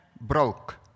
broke